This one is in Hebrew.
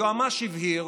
היועמ"ש הבהיר